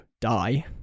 die